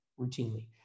routinely